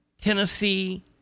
Tennessee